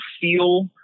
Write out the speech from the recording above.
feel